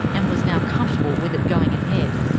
and was now comfortable with it going ahead.